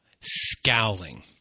scowling